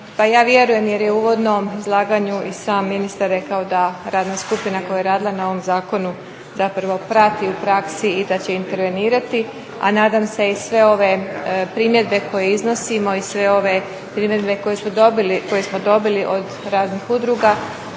ja vjerujem jer je u uvodnom izlaganju i sam ministar rekao da radna skupina koja je radila na ovom zakonu zapravo prati u praksi i da će intervenirati, a nadam se i sve ove primjedbe koje iznosimo i sve ove primjedbe koje smo dobili od raznih udruga